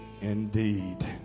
indeed